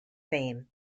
fame